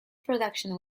production